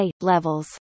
levels